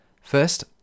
First